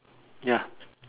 ya